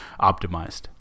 optimized